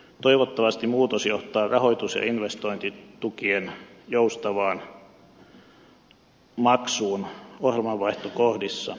toivottavasti muutos johtaa rahoitus ja investointitukien joustavaan maksuun ohjelmanvaihtokohdissa